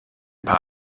paar